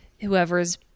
whoever's